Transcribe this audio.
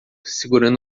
segurando